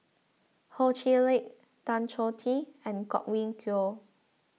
Ho Chee Lick Tan Choh Tee and Godwin Koay